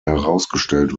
herausgestellt